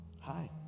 Hi